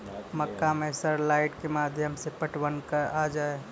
मक्का मैं सर लाइट के माध्यम से पटवन कल आ जाए?